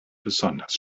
besonders